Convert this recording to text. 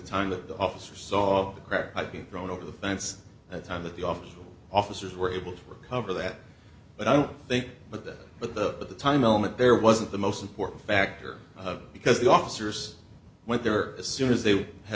time that the officer saw the crack i think thrown over the fence that time that the officer officers were able to recover that but i don't think but that but the but the time element there wasn't the most important factor because the officers went there as soon as they had